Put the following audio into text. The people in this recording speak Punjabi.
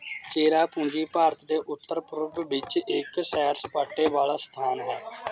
ਚਿਰਾਪੂੰਜੀ ਭਾਰਤ ਦੇ ਉੱਤਰ ਪੂਰਬ ਵਿੱਚ ਇੱਕ ਸੈਰ ਸਪਾਟੇ ਵਾਲਾ ਸਥਾਨ ਹੈ